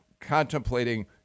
contemplating